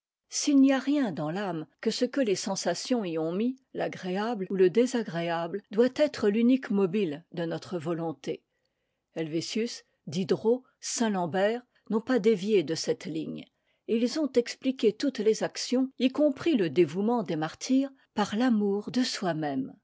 s'il n'y a rien dans l'âme que ce que les sensations y ont mis l'agréable ou le désagréab e doit être l'unique mobile de notre volonté helvétius diderot saint-lambert n'ont pas dévié de cette ligne et ils ont expliqué toutes les actions y compris le dévouement des martyrs par l'amour de soi-même